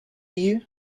you